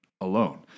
alone